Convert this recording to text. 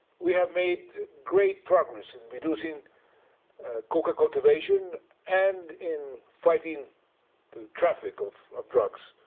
we have made great progress in reducing coca cultivation and in fighting the traffic of of drugs.